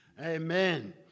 Amen